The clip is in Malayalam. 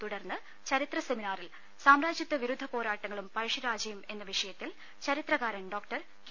തുടർന്ന് ചരിത്രസെമിനാറിൽ സാമ്രാജ്യത്യ വിരുദ്ധ പോരാട്ടങ്ങളും പഴശ്ശിരാജയും എന്ന വിഷയത്തിൽ ചരിത്രകാരൻ ഡോകെ